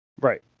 Right